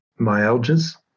myalgias